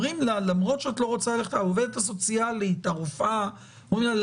העובדת הסוציאלית והרופאה אומרות לה: